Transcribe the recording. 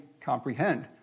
comprehend